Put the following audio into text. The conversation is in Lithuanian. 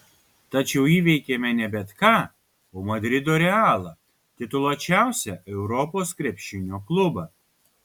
tačiau įveikėme ne bet ką o madrido realą tituluočiausią europos krepšinio klubą